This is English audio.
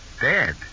Dead